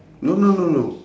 no no no no